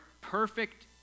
perfect